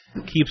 keeps